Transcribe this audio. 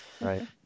right